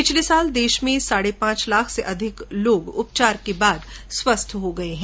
पिछले वर्ष देश में साढे पांच लाख से अधिक लोग उपचार के बाद स्वस्थ हो गए हैं